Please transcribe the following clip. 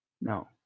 No